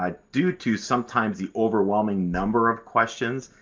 um due to, sometimes, the overwhelming number of questions,